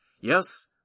Yes